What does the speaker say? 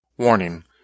Warning